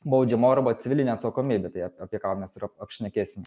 baudžiamoji arba civilinė atsakomybė tai a apie ką mes ir ap apšnekėsim